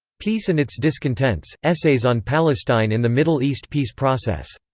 peace and its discontents essays on palestine in the middle east peace process.